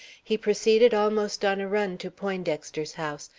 he proceeded, almost on a run, to poindexter's house,